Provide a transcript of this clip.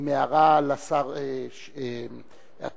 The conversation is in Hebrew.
עם הערה לשר אטיאס,